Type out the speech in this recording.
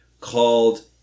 called